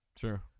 sure